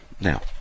Now